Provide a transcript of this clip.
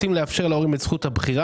אנחנו רוצים לאפשר להורים את זכות הבחירה.